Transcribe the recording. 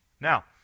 Now